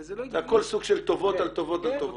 אבל זה לא הגיוני -- זה הכל סוג של טובות על טובות על טובות.